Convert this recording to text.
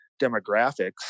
demographics